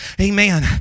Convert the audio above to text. Amen